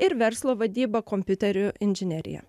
ir verslo vadyba kompiuterių inžinerija